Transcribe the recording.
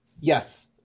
Yes